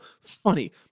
funny